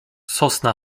sosna